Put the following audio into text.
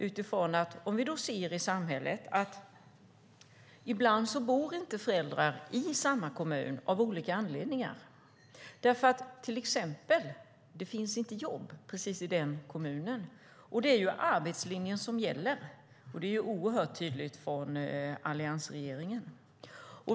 Vi kan se i samhället att föräldrar ibland inte bor i samma kommun, av olika anledningar, till exempel att det inte finns jobb precis i den kommunen. Det är ju arbetslinjen som gäller - det är oerhört tydligt från alliansregeringen.